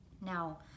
now